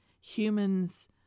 Humans